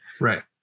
Right